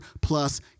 plus